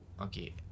okay